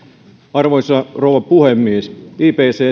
arvoisa rouva puhemies ipccn